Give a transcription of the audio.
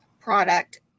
product